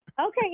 Okay